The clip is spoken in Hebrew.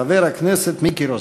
חבר הכנסת מיקי רוזנטל.